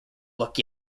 look